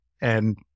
and-